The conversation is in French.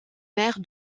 maire